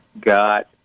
got